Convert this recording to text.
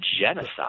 genocide